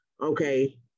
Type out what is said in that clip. okay